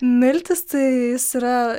miltis tai jis yra